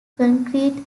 concrete